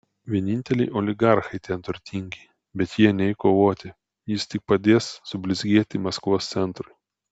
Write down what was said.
vieninteliai oligarchai ten turtingi bet jie nei kovoti jis tik padės sublizgėti maskvos centrui